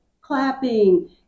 clapping